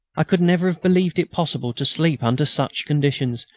i could never have believed it possible to sleep under such conditions,